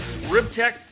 RibTech